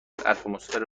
اتمسفر